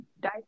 die